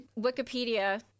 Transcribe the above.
Wikipedia